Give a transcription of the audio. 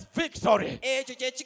victory